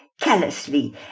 callously